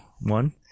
one